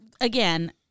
again